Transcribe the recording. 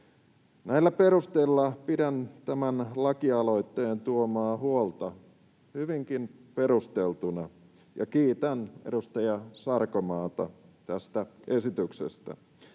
Näillä perusteilla pidän tämän lakialoitteen tuomaa huolta hyvinkin perusteltuna, ja kiitän edustaja Sarkomaata tästä esityksestä.